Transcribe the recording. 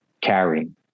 carrying